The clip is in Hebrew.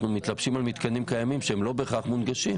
אנחנו מתלבשים על מתקנים קיימים שהם לא בהכרח מונגשים.